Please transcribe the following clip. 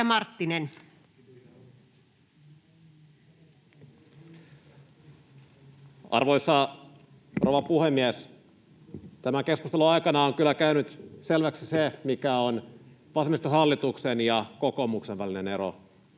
Arvoisa rouva puhemies! Tämän keskustelun aikana on kyllä käynyt selväksi, mikä on vasemmistohallituksen ja kokoomuksen välinen ero,